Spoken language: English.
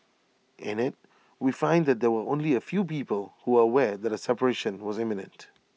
in IT we find that there were only A few people who are aware that A separation was imminent